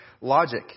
logic